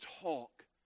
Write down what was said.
talk